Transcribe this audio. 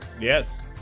Yes